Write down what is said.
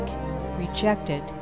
Rejected